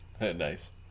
Nice